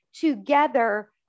together